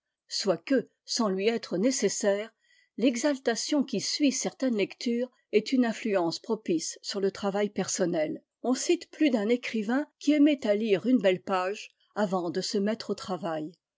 soit que sans lui être nécessaire l'exa tation qui suit certaines lectures ait une influence propice sur le travail personnel on cite plus d'un écrivain qui aimait à lire une belle page avant de se mettre au travail